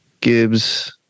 Gibbs